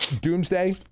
Doomsday